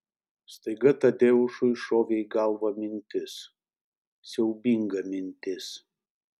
staiga tadeušui šovė į galvą mintis siaubinga mintis